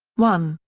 one.